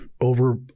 over